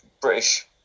British